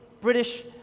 British